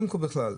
קודם כול,